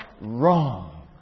wrong